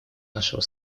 нашего